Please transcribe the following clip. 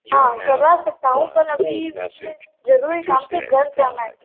हाँ करवा सकता हूँ पर अभी मुझे ज़रूरी काम घर जाना है